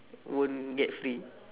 won't get free